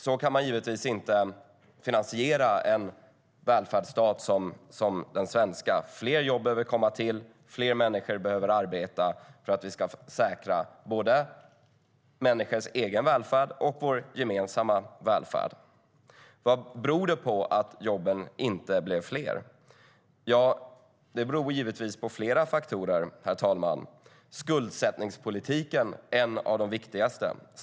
Så kan man givetvis inte finansiera en välfärdsstat som den svenska. Fler jobb behöver komma till och fler människor behöver arbeta för att vi ska säkra både människors egen välfärd och vår gemensamma välfärd. Vad berodde det på att jobben inte blev fler? Det berodde givetvis på flera faktorer, herr talman. Skuldsättningspolitiken är en av de viktigaste.